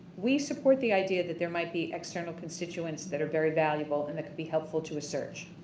we support the idea that there might be external constituents that are very valuable and that could be helpful to a search.